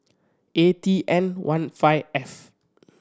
A T N one five F